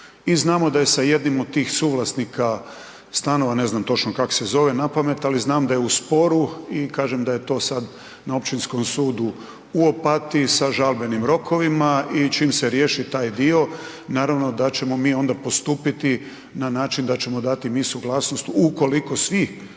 I znamo da je s jednim od tih suvlasnika stanova, ne znam točno kako se zove napamet, ali znam da je u sporu i kažem da je to sada na Općinskom sudu u Opatiji sa žalbenim rokovima i čim se riješi taj dio naravno da ćemo mi onda postupiti na način da ćemo i mi dati suglasnost suglasnost ukoliko svi